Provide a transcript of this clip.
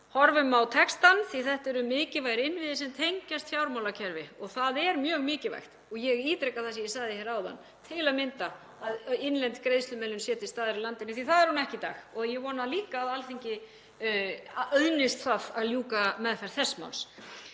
horfum á textann því að þetta eru mikilvægir innviðir sem tengjast fjármálakerfi og það er mjög mikilvægt. Ég ítreka það sem ég sagði hér áðan að til að mynda innlend greiðslumiðlun sé til staðar í landinu því að það er hún ekki í dag og ég vona líka að Alþingi auðnist að ljúka meðferð þess máls.